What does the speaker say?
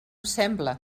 sembla